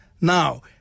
Now